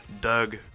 Doug